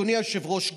אדוני היושב-ראש,